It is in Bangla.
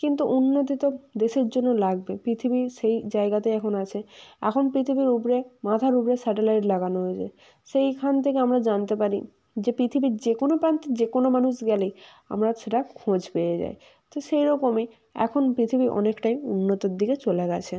কিন্তু উন্নতি তো দেশের জন্য লাগবে পৃথিবীর সেই জায়গাতে এখন আছে এখন পৃথিবীর উপরে মাথার উপরে স্যাটেলাইট লাগানো হয়েছে সেইখান থেকে আমরা জানতে পারি যে পৃথিবীর যে কোনো প্রান্তে যে কোনো মানুষ গেলেই আমরা সেটা খোঁজ পেয়ে যাই তো সেই রকমই এখন পৃথিবী অনেকটাই উন্নতির দিকে চলে গেছে